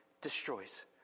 destroys